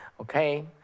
Okay